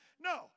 No